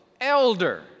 elder